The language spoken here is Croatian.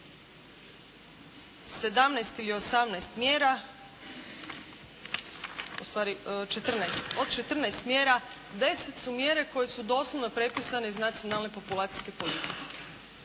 17 ili 18 mjera, ustvari 14, od 14 mjera, 10 su mjere koje su doslovno prepisane iz Nacionalne populacijske politike.